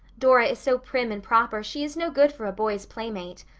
dora is so prim and proper she is no good for a boy's playmate.